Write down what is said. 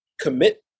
commit